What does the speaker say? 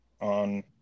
on